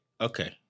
okay